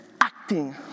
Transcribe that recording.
acting